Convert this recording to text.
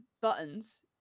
buttons